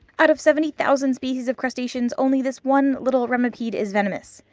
out of seventy thousand species of crustaceans, only this one little remipede is venomous.